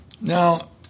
Now